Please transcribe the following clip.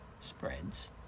spreads